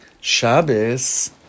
Shabbos